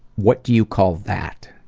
what do you call that?